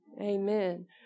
amen